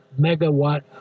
megawatt